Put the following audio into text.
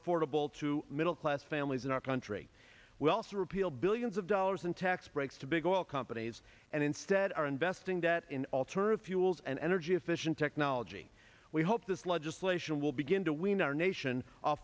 affordable to middle class families in our country we also repealed billions of dollars in tax breaks to big oil companies and instead are investing that in alternative fuels and energy efficient technology we hope this legislation will begin to wean our nation o